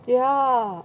ya